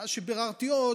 ואז כשביררתי עוד,